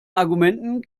argumenten